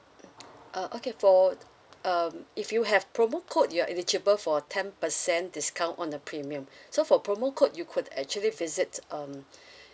uh okay for um if you have promo code you are eligible for ten percent discount on the premium so for promo code you could actually visits um